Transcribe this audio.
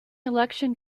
election